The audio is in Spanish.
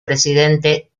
presidente